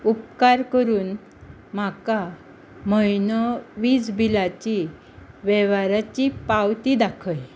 उपकार करून म्हाका म्हयनो वीज बिलाची वेव्हाराची पावती दाखय